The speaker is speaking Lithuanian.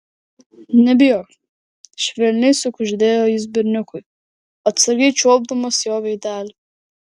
nebijok švelniai sukuždėjo jis berniukui atsargiai čiuopdamas jo veidelį